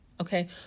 okay